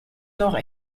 nord